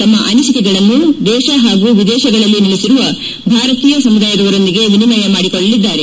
ತಮ್ಮ ಅನಿಸಿಕೆಗಳನ್ನು ದೇಶ ಹಾಗೂ ವಿದೇಶಗಳಲ್ಲಿ ನೆಲೆಸಿರುವ ಭಾರತೀಯ ಸಮುದಾಯದೊಂದಿಗೆ ವಿನಿಮಯ ಮಾಡಿಕೊಳ್ಳಲಿದ್ದಾರೆ